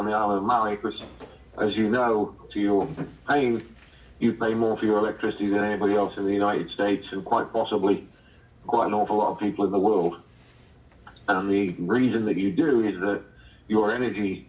microscope as you know to your eye you pay more for your electricity than anybody else in the united states and quite possibly quite an awful lot of people in the world and the reason that you do is that your energy